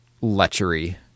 lechery